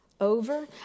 over